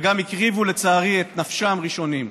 וגם, לצערי, הקריבו את נפשם ראשונים.